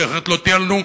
כי אחרת לא תהיה לנו,